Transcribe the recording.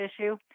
issue